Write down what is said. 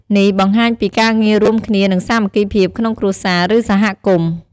នេះបង្ហាញពីការងាររួមគ្នា និងសាមគ្គីភាពក្នុងគ្រួសារ ឬសហគមន៍។